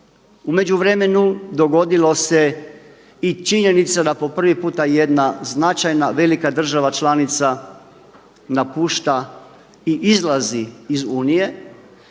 U međuvremenu dogodilo se i činjenica da po prvi puta jedna značajna velika država članica napušta i izlazi iz Unije.